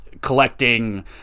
collecting